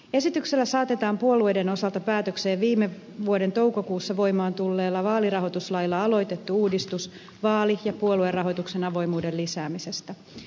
esityksellä saatetaan puolueiden osalta päätökseen viime vuoden toukokuussa voimaan tulleella vaalirahoituslailla aloitettu uudistus vaali ja puoluerahoituksen avoimuuden lisäämisestä